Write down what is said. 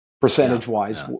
percentage-wise